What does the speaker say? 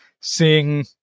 seeing